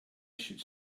should